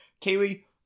Kiwi